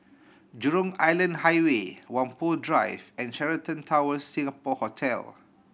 Jurong Island Highway Whampoa Drive and Sheraton Tower Singapore Hotel